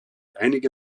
einige